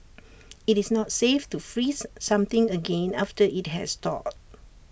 IT is not safe to freeze something again after IT has thawed